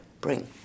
bring